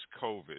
COVID